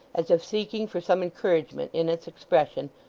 as if seeking for some encouragement in its expression,